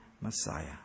Messiah